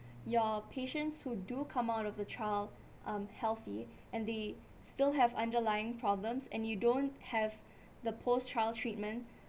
your patients who do come out of the trial um healthy and they still have underlying problems and you don't have the post trial treatment